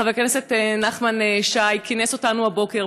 חבר הכנסת נחמן שי כינס אותנו הבוקר,